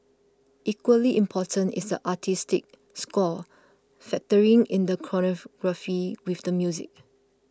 equally important is the artistic score factoring in the choreography with the music